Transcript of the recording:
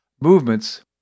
movements